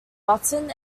button